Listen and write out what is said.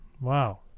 wow